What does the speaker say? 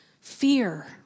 fear